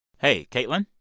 hey, katelyn?